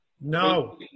no